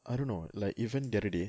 I don't know like even the other day